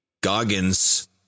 Goggins